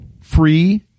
free